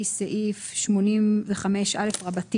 (ב) ו-(ג)